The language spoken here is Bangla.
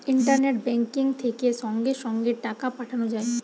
ইন্টারনেট বেংকিং থেকে সঙ্গে সঙ্গে টাকা পাঠানো যায়